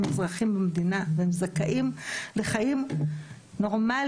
הם אזרחים במדינה והם זכאים לחיים נורמליים,